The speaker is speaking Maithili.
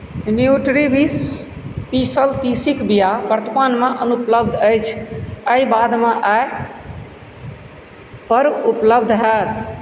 न्यूट्रीविश पीसल तीसीके बिया वर्तमानमे अनुपलब्ध अछि एहि बादमे एहिपर उपलब्ध हैत